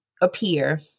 appear